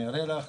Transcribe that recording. אני אראה לך,